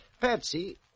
Patsy